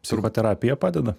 psichoterapija padeda